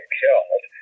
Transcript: killed